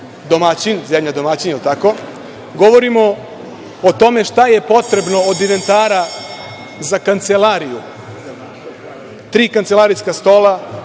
domaćin, zemlja domaćin, je`l tako, govorimo o tome šta je potrebno šta je potrebno od inventara za kancelariju, tri kancelarijska stola,